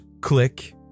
Click